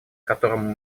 которому